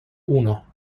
uno